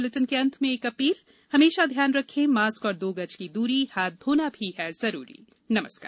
इस बुलेटिन के अंत मे एक अपील हमेशा ध्यान रखे मास्क और दो गज की दूरी हाथ धोना भी है जरूरी नमस्का